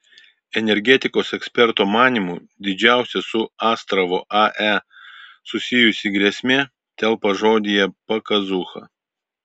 energetikos eksperto manymu didžiausia su astravo ae susijusi grėsmė telpa žodyje pakazūcha